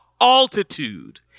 altitude